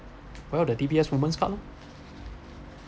well the D_B_S moments card lor